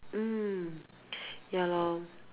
mm ya loh